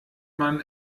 man